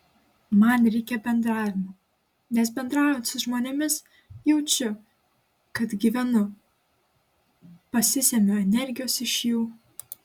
man reikia bendravimo nes bendraujant su žmonėmis jaučiu kad gyvenu pasisemiu energijos iš jų